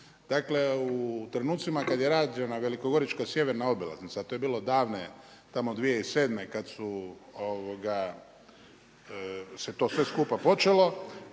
Dakle u trenutcima kada je rađena velikogorička sjeverna obilaznica a to je bilo davne tamo 2007. kada se to sve skupa počelo